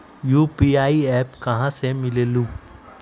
UPI app कहा से मिलेलु?